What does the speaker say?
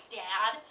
dad